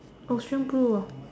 ocean blue ah